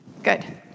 Good